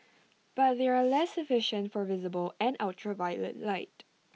but they are less efficient for visible and ultraviolet light